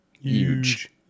Huge